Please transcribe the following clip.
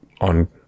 on